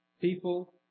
People